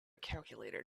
calculator